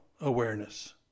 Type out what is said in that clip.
awareness